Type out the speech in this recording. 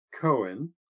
Cohen